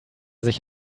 sich